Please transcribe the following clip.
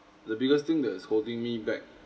the biggest thing that's holding me back